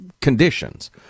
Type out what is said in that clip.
conditions